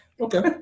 Okay